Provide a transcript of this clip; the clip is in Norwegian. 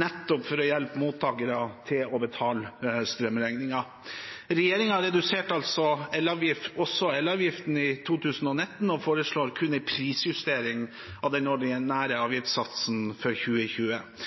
nettopp for å hjelpe mottakerne til å betale strømregningen. Regjeringen reduserte også elavgiften i 2019 og foreslår kun en prisjustering av den ordinære avgiftssatsen for 2020.